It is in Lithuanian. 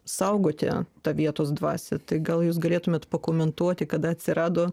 saugoti tą vietos dvasią tai gal jūs galėtumėt pakomentuoti kada atsirado